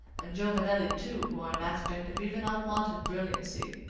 and giovanelli, too, wore an aspect of even unwonted brilliancy.